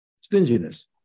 stinginess